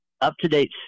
up-to-date